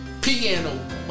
piano